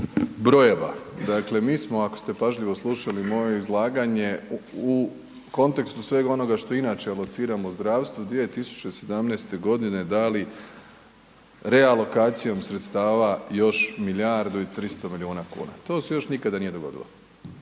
brojeva, dakle mi smo ako ste pažljivo slušali moje izlaganje u kontekstu svega onoga što inače lociramo u zdravstvu 2017. godine dali realokacijom sredstava još milijardu i 300 milijuna kuna, to se još nikada nije dogodilo.